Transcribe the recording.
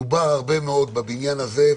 דובר הרבה מאוד בבניין הזה,